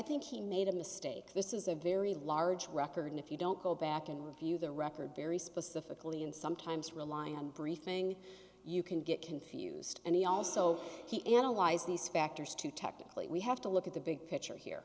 think he made a mistake this is a very large record if you don't go back and review the record very specifically and sometimes rely on briefing you can get confused and he also he analyze these factors too technically we have to look at the big picture here